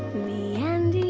me and you